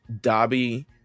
Dobby